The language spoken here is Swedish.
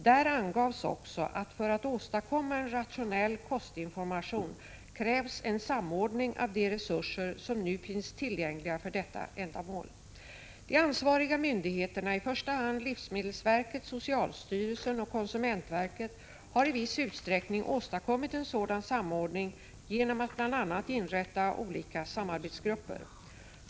Där angavs också att för att åstadkomma en rationell kostinformation krävs en samordning av de resurser som nu finns tillgängliga för detta ändamål. De ansvariga myndigheterna, i första hand livsmedelsverket, socialstyrelsen och konsumentverket, har i viss utsträckning åstadkommit en sådan samordning genom att bl.a. inrätta olika samarbetsgrupper.